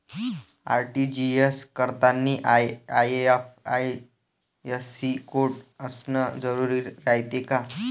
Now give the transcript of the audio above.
RTGS करतांनी IFSC code असन जरुरी रायते का?